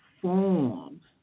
forms